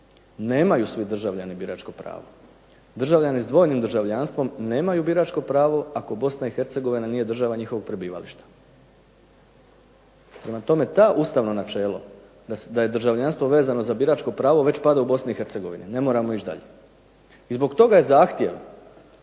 nemaju svi državljani biračko pravo. Državljani s dvojnim državljanstvom nemaju biračko pravo ako BiH nije država njihovog prebivališta. Prema tome to ustavno načelo da je državljanstvo vezano za biračko pravo već pada u BiH, ne moramo ići dalje. I zbog toga je zahtjev